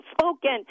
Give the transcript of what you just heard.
spoken